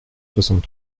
soixante